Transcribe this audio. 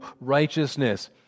righteousness